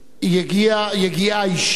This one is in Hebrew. יגיעה אישית,